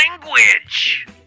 Language